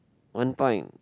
one point